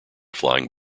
flying